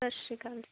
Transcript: ਸਤਿ ਸ਼੍ਰੀ ਅਕਾਲ ਜੀ